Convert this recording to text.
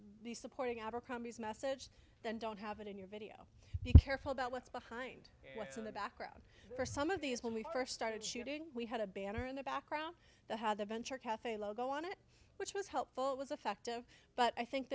the supporting abercrombie's message then don't have it in your video you careful about what's behind what's in the background for some of these when we first started shooting we had a banner in the background the had the venture cafe logo on it which was helpful it was effective but i think